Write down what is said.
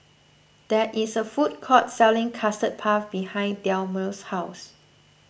there is a food court selling Custard Puff behind Delmus' house